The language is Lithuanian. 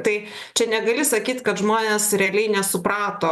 tai čia negali sakyt kad žmonės realiai nesuprato